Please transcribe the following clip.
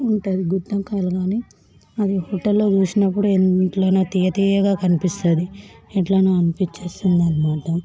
ఉంటుంది గుత్తొంకాయలు కానీ అది హోటల్లో చూసినప్పుడు ఎట్లనో తియ్యతియ్యగా కనిపిస్తుంది ఎట్లనో అనిపిచ్చేస్తుందనమాట